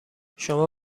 شما